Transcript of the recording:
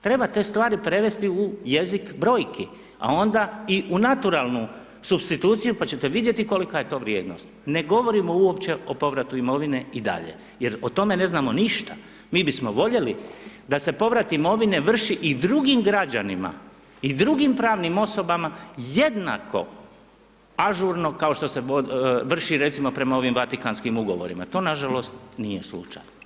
Treba te stvari prevesti u jeziku brojki a onda i u naturalnu supstituciju pa ćete vidjeti kolika je to vrijednost, ne govorimo uopće o povratu imovine i dalje jer o tome ne znamo ništa, mi bismo voljeli da se povrat vrši i drugim građanima i drugim pravnim osobama jednako ažurno kao što se vrši recimo prema ovim Vatikanskim ugovorima, to nažalost nije slučaj.